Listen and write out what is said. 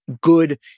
good